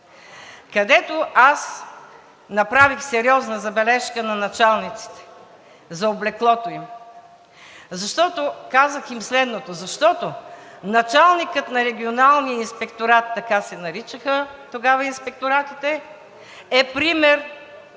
където аз направих сериозна забележка на началниците за облеклото им. Казах им следното, защото началникът на регионалния инспекторат – така се наричаха тогава инспекторатите, е пример